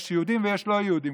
יש יהודים ויש לא יהודים.